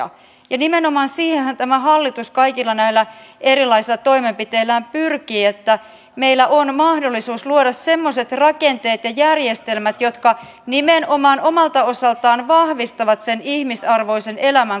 ja nimenomaan siihenhän tämä hallitus kaikilla näillä erilaisilla toimenpiteillään pyrkii että meillä on mahdollisuus luoda semmoiset rakenteet ja järjestelmät jotka nimenomaan omalta osaltaan vahvistavat sen ihmisarvoisen elämän kokemusta